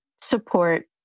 support